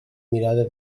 mirada